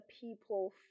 people